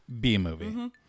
B-Movie